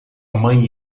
mãe